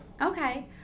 Okay